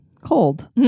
cold